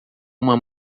uma